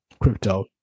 crypto